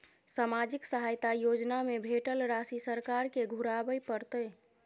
सामाजिक सहायता योजना में भेटल राशि सरकार के घुराबै परतै?